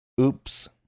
Oops